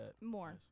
more